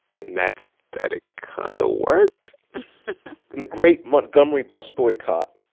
and that's that it kind of worked in the great montgomery bus boycott,